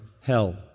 hell